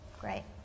Great